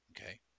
Okay